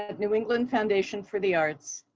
ah new england foundation for the arts,